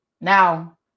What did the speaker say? now